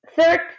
Third